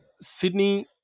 sydney